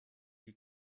die